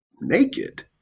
naked